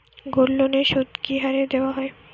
গোল্ডলোনের সুদ কি হারে দেওয়া হয়?